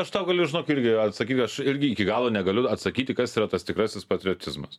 aš tau galiu žinok irgi atsakyt aš irgi iki galo negaliu atsakyti kas yra tas tikrasis patriotizmas